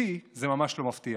אותי זה ממש לא מפתיע.